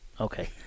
Okay